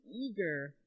eager